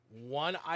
one